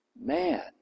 man